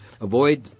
Avoid